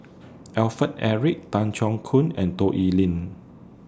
Alfred Eric Tan Keong Choon and Toh